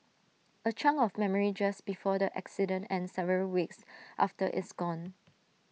A chunk of memory just before the accident and several weeks after is gone